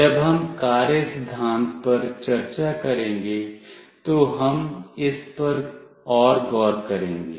जब हम कार्य सिद्धांत पर चर्चा करेंगे तो हम इस पर और गौर करेंगे